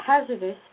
hazardous